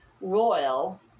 royal